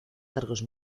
cargos